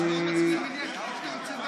מסדר-היום, זו ההופכית שלה.